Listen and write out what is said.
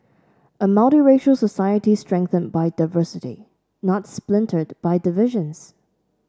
a multiracial society strengthened by diversity not splintered by divisions